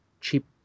cheap